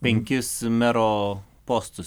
penkis mero postus